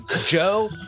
Joe